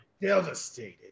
devastated